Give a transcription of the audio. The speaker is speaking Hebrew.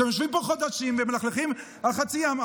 אתם יושבים פה חודשים ומלכלכים על חצי העם,